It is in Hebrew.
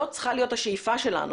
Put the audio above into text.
זאת צריכה להיות השאיפה שלנו,